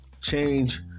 change